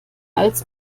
als